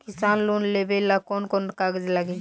किसान लोन लेबे ला कौन कौन कागज लागि?